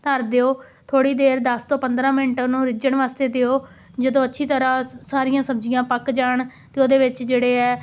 ਧਰ ਦਿਓ ਥੋੜ੍ਹੀ ਦੇਰ ਦਸ ਤੋਂ ਪੰਦਰਾਂ ਮਿੰਟ ਉਹਨੂੰ ਰਿੱਝਣ ਵਾਸਤੇ ਦਿਓ ਜਦੋਂ ਅੱਛੀ ਤਰ੍ਹਾਂ ਸਾਰੀਆਂ ਸਬਜ਼ੀਆਂ ਪੱਕ ਜਾਣ 'ਤੇ ਉਹਦੇ ਵਿੱਚ ਜਿਹੜੇ ਹੈ